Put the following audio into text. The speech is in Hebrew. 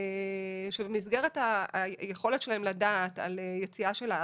שבמסגרת היכולת שלהם לדעת על יציאה של הארץ,